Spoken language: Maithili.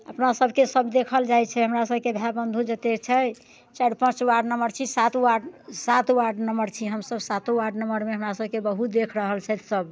अपना सबके सब देखल जाइ छै हमरा सबके भाय बन्धू जते छै चारि पाँच वार्ड नंबर छी सात सात वार्ड नंबर छी हमसब सातो वार्ड नंबरमे हमरा सबके बहुत देख रहल छथि सब